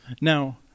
Now